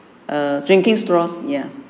err drinking straws ya